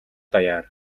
даяар